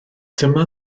dyma